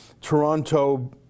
Toronto